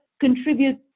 contribute